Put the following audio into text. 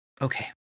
Okay